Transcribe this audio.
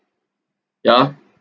yeah